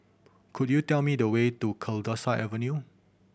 could you tell me the way to Kalidasa Avenue